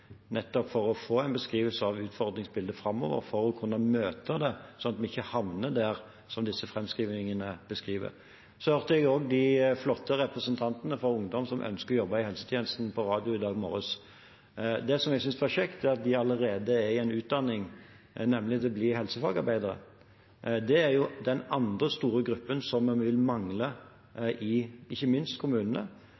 nettopp for å få en beskrivelse av utfordringsbildet framover, for å kunne møte det, sånn at vi ikke havner der som disse framskrivningene beskriver. Jeg hørte også disse flotte representantene for ungdom som ønsker å jobbe i helsetjenesten, på radio i dag morges. Det jeg synes var kjekt, er at de allerede er i en utdanning, nemlig for å bli helsefagarbeidere. Det er den andre store gruppen vi vil mangle,